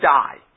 die